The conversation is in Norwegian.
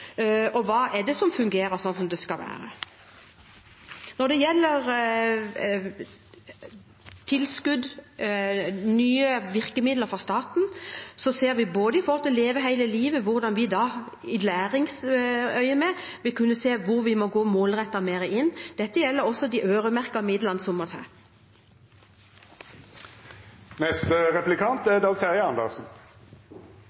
og hva som fungerer sånn som det skal. Når det gjelder tilskudd, nye virkemidler fra staten, ser vi i Leve hele livet på hvordan vi, i læringsøyemed, vil kunne gå mer målrettet inn. Dette gjelder også de øremerkede midlene som må til. Statsråden nevnte eldreombud som et av tiltakene som settes inn. Jeg skal absolutt ikke si noe galt om å ha eldreombud, men mitt inntrykk er